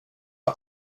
för